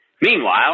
Meanwhile